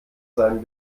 seinen